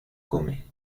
come